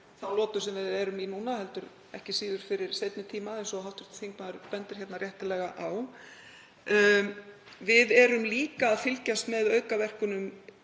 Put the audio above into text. þá lotu sem við erum í núna heldur ekki síður fyrir seinni tíma eins og hv. þingmaður bendir réttilega á. Við erum líka að fylgjast með aukaverkunum